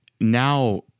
now